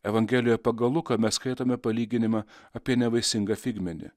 evangelijoje pagal luką mes skaitome palyginimą apie nevaisingą figmedį